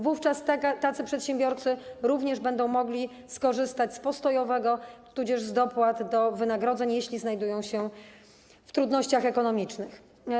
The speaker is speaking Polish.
Wówczas tacy przedsiębiorcy również będą mogli skorzystać z postojowego tudzież z dopłat do wynagrodzeń, jeśli zmagają się z trudnościami ekonomicznymi.